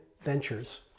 ventures